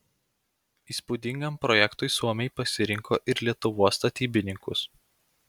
įspūdingam projektui suomiai pasirinko ir lietuvos statybininkus